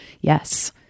Yes